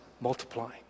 multiplying